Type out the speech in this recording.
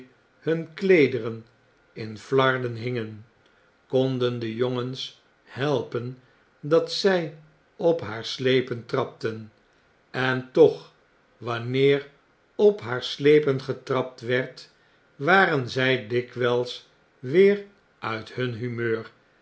hun kleederen in flarden hingen konden de jongens helpen dat zg op haar slepen trapten en toch wanneer op haar slepen getrapt werd waren zij dikwyls weer uit hun humeur